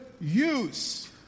use